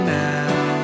now